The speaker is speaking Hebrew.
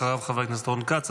אחריו, חבר הכנת רון כץ.